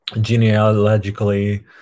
genealogically